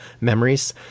memories